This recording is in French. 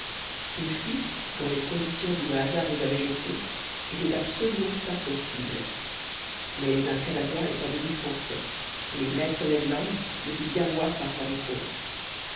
une fuite dans les conditions où le hasard nous avait jetés était absolument impossible mais un canadien est à demi français et maître ned land le fit bien voir par sa réponse